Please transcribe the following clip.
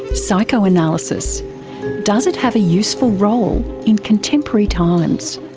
psychoanalysis does it have a useful role in contemporary times?